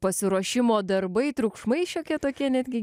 pasiruošimo darbai triukšmai šiokie tokie netgi